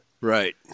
Right